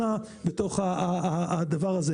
אנחנו שינינו.